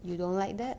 you don't like that